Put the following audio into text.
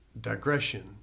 digression